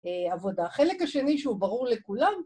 עבודה. חלק השני שהוא ברור לכולם.